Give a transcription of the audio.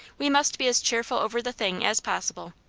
we must be as cheerful over the thing as possible.